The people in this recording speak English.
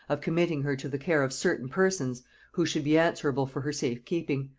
of committing her to the care of certain persons who should be answerable for her safe keeping,